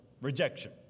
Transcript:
rejection